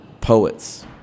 poets